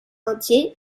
entier